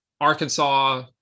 Arkansas